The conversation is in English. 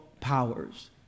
powers